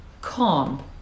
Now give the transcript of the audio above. calm